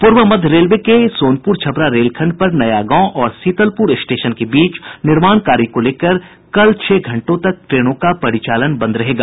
पूर्व मध्य रेल के सोनपुर छपरा रेलखंड पर नया गांव और सीतलपुर स्टेशन के बीच निर्माण कार्य को लेकर कल छह घंटों तक ट्रेनों का परिचालन बंद रहेगा